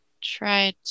try